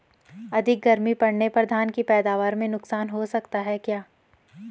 अधिक गर्मी पड़ने पर धान की पैदावार में नुकसान हो सकता है क्या?